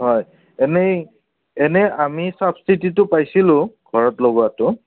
হয় এনেই এনেই আমি ছাবচিডিটো পাইছিলোঁ ঘৰত লগোৱাটো